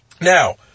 Now